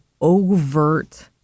overt